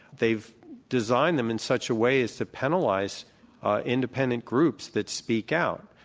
they've designed them in such a way as to penalize independent groups that speak out.